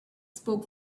spoke